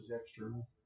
external